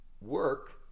work